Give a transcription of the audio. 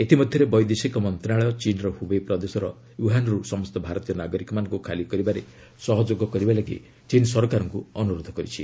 ଇତିମଧ୍ୟରେ ବୈଦେଶିକ ମନ୍ତ୍ରଣାଳୟ ଚୀନ୍ର ହୁବେଇ ପ୍ରଦେଶର ଓ୍ୱହାନ୍ ରୁ ସମସ୍ତ ଭାରତୀୟ ନାଗରିକମାନଙ୍କୁ ଖାଲି କରିବାରେ ସହଯୋଗ କରିବାପାଇଁ ଚୀନ୍ ସରକାରଙ୍କୁ ଅନୁରୋଧ କରିଛି